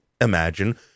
imagine